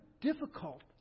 difficult